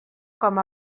com